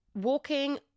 walking